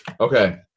Okay